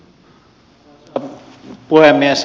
arvoisa puhemies